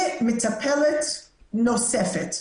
ומטפלת נוספת.